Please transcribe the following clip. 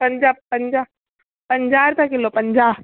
पंजाह पंजाह पंजाहु रुपया किलो पंजाह